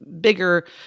bigger